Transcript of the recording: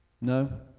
No